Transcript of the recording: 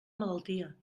malaltia